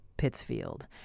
Pittsfield